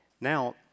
Now